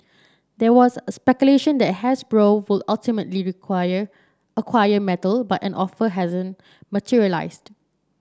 there was a speculation that Hasbro would ultimately require acquire Mattel but an offer hasn't materialised